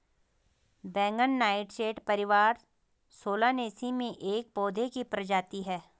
बैंगन नाइटशेड परिवार सोलानेसी में एक पौधे की प्रजाति है